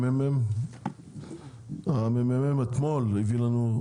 מרכז המחקר והמידע הביא לנו אתמול,